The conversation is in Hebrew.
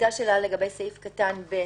עלתה שאלה לגבי סעיף קטן (ב)